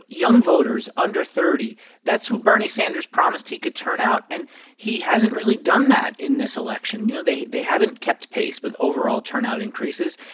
young voters under thirty that's who bernie sanders promised he could turn out, and he hasn't really done that in this election. you know, they they haven't kept pace with overall turnout increases.